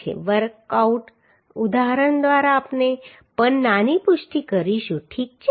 તો વર્કઆઉટ ઉદાહરણ દ્વારા આપણે પણ આની પુષ્ટિ કરીશું ઠીક છે